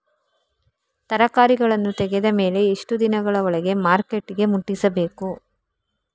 ತರಕಾರಿಗಳನ್ನು ತೆಗೆದ ಮೇಲೆ ಎಷ್ಟು ದಿನಗಳ ಒಳಗೆ ಮಾರ್ಕೆಟಿಗೆ ಮುಟ್ಟಿಸಬೇಕು?